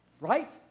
right